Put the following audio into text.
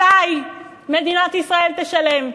עלי, מדינת ישראל תשלם.